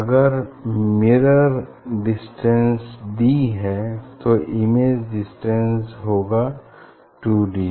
अगर mirror distance D है तो इमेज डिस्टेंस होगा टू डी